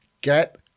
Get